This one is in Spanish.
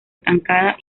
estancada